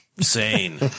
Sane